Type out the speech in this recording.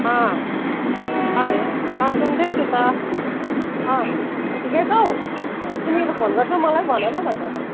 hello सुन्दैछु त ठिकै छौ तिमीहरू फोन गर्छौ मलाई पो भन न भन्छौ त